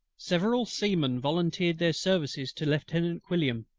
several seamen volunteered their services to lieutenant quilliam,